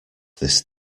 this